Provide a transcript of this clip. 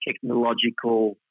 technological